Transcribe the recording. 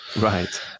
Right